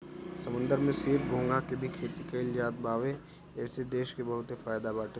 समुंदर में सीप, घोंघा के भी खेती कईल जात बावे एसे देश के बहुते फायदा बाटे